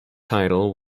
title